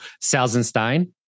Salzenstein